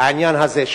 העניין הזה,